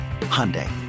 Hyundai